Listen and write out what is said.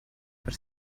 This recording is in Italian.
per